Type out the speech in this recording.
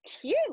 cute